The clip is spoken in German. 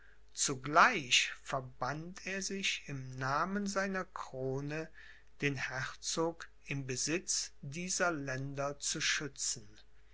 zugleich verband er sich im namen seiner krone den herzog im besitz dieser länder zu schützen